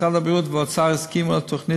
משרד הבריאות והאוצר הסכימו על תוכנית